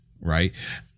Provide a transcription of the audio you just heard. Right